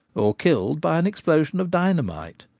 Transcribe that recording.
or killed by an explosion of dynamite.